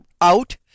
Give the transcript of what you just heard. out